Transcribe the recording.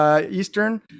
Eastern